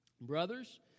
Brothers